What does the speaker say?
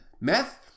Meth